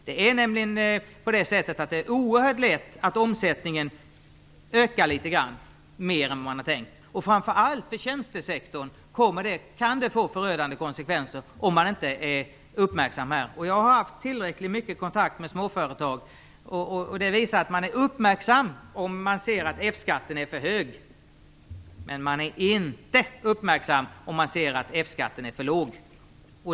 Det är nämligen oerhört lätt att omsättningen ökar litet mera än det var tänkt. Framför allt för tjänstesektorn kan det få förödande konsekvenser om man inte är uppmärksam här. Jag har haft mycket kontakter med småföretagare som visar att man är uppmärksam om man ser att F-skatten är för hög, men man är inte uppmärksam om man ser att F-skatten är för låg.